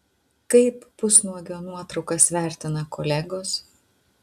kaip pusnuogio nuotraukas vertina kolegos